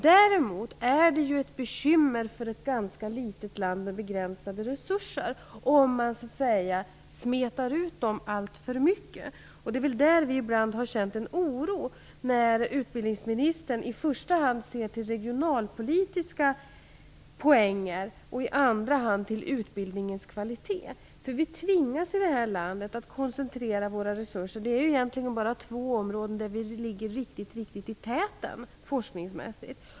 Däremot är det ett bekymmer för ett ganska litet land med begränsade resurser om man så att säga smetar ut pengarna alltför mycket. Det är där som vi ibland har känt en oro, när utbildningsministern i första hand ser till regionalpolitiska poänger och i andra hand till utbildningens kvalitet. Vi i det här landet är tvingade att koncentrera våra resurser. Det är egentligen bara två områden där vi forskningsmässigt ligger riktigt i täten.